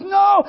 no